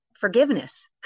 forgiveness